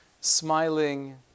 smiling